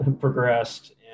progressed